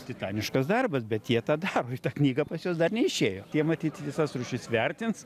titaniškas darbas bet jie tą daro ta knyga pas juos dar neišėjo jie matyt visas rūšis vertins